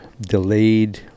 delayed